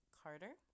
carter